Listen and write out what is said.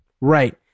Right